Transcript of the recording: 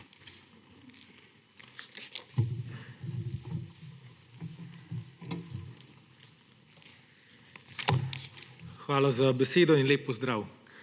Hvala za besedo in lep pozdrav!